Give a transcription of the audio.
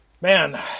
Man